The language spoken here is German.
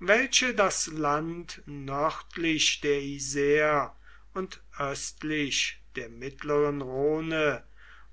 welche das land nördlich der isre und östlich der mittleren rhone